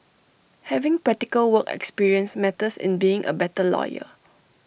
having practical work experience matters in being A better lawyer